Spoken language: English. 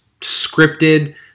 scripted